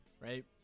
right